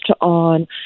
on